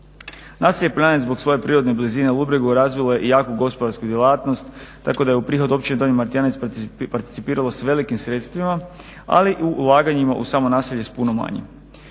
Naselje Poljanec zbog svoje prirodne blizine Ludbregu razvilo je i jaku gospodarsku djelatnost tako da je u prihod Općine Donji Martijanec participiralo s velikim sredstvima, ali i u ulaganjima u samo naselje s puno manjim.